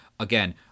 Again